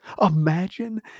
Imagine